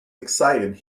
excited